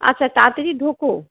আচ্ছা তাড়াতাড়ি ঢোকো